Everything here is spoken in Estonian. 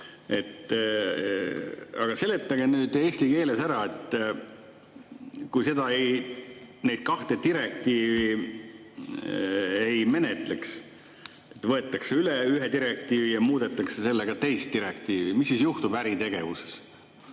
Aga seletage nüüd eesti keeles ära, et kui neid kahte direktiivi ei menetletaks, võetakse üle üks direktiiv ja muudetakse teist direktiivi, mis siis juhtub äritegevuses